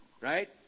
Right